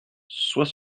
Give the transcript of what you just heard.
soit